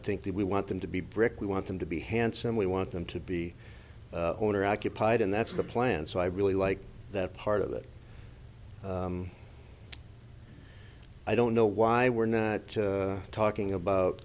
think that we want them to be brick we want them to be handsome we want them to be owner occupied and that's the plan so i really like that part of it i don't know why we're not talking about